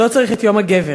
לא צריך את יום הגבר.